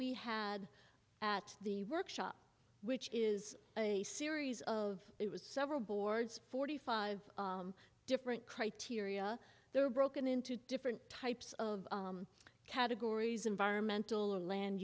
we had at the workshop which is a series of it was several boards forty five different criteria they were broken into different types of categories environmental or land